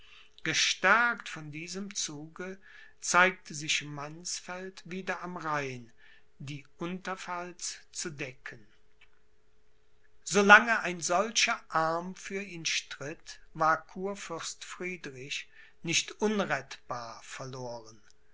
gestärkt von diesem zuge zeigte sich mannsfeld wieder am rhein die unterpfalz zu decken so lange ein solcher arm für ihn stritt war kurfürst friedrich nicht unrettbar verloren